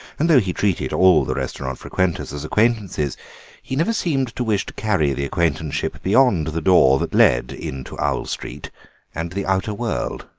and though he treated all the restaurant frequenters as acquaintances he never seemed to wish to carry the acquaintanceship beyond the door that led into owl street and the outer world.